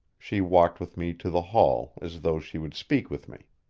she walked with me to the hall as though she would speak with me.